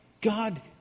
God